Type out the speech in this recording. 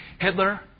Hitler